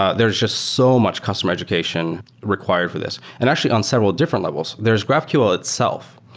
ah there's just so much customer education required for this. and actually, on several different levels, there's graphql itself,